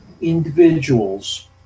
individuals